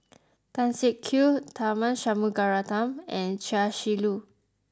Tan Siak Kew Tharman Shanmugaratnam and Chia Shi Lu